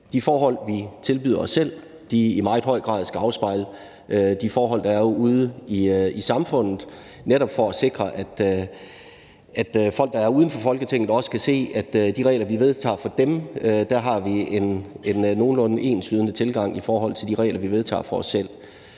de forhold, vi tilbyder os selv, i meget høj grad skal afspejle de forhold, der er ude i samfundet, netop for at sikre, at folk, der er uden for Folketinget, også kan se, at vi, hvad angår de regler, vi vedtager for dem, har en nogenlunde enslydende tilgang i forhold til de regler, vi vedtager for os selv.